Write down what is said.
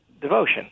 devotion